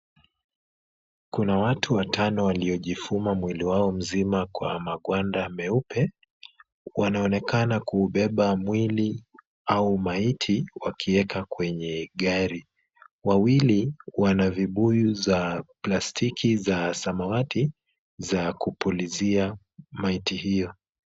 Kuna watu watano waliojifuma mwili wao mzima kwa magwanda meupe. Wanaonekana kuubeba mwili au maiti wakieka kwenye gari. Wawili wana vibuyu za plastiki za samawati za kupulizia maiti hiyo.